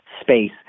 space